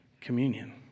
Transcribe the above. communion